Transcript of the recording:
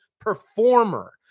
performer